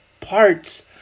parts